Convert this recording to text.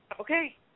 Okay